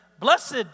Blessed